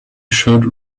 should